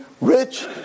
rich